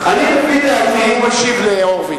הוא מקשיב להורוביץ.